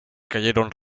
cayeron